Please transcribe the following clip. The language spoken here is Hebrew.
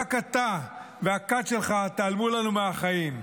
ורק אתה והכת שלך תיעלמו לנו מהחיים.